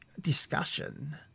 discussion